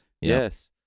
Yes